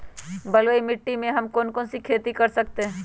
बलुई मिट्टी में हम कौन कौन सी खेती कर सकते हैँ?